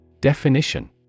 Definition